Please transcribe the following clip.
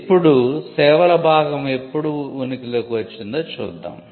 ఇప్పుడు సేవల భాగం ఎప్పుడు ఉనికిలోకి వచ్చిందో చూద్దాం